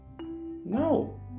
no